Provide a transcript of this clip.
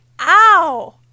Ow